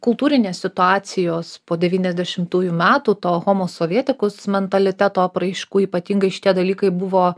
kultūrinės situacijos po devyniasdešimtųjų metų to homo sovietikus mentaliteto apraiškų ypatingai šitie dalykai buvo